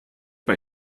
bei